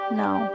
now